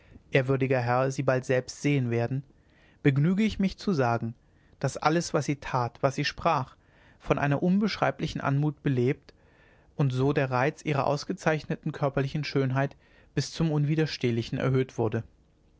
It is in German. ehrwürdiger herr sie bald selbst sehen werden begnüge ich mich zu sagen daß alles was sie tat was sie sprach von einer unbeschreiblichen anmut belebt und so der reiz ihrer ausgezeichneten körperlichen schönheit bis zum unwiderstehlichen erhöht wurde